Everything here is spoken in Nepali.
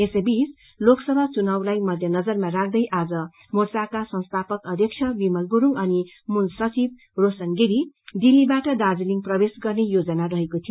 यसैबीच लोकसभा चुनावलाई मध्य नजरमा राख्दै आज मोर्चाका संस्थापक अध्यक्ष विमल गुरूङ अनि मूल सचिव रोशन गिरी दिल्तीबाट दार्जीलिङ प्रवेश गत्रे योजना रहेको थियो